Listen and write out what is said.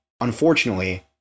unfortunately